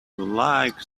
like